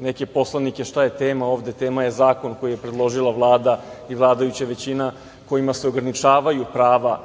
neke poslanike šta je tema ovde. Tema je zakon koji je predložila Vlada i vladajuća većina, kojima se ograničavaju prava